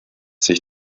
sich